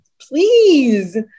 Please